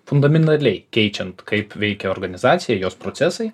fundamentaliai keičiant kaip veikia organizacija ir jos procesai